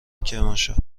کرمانشاه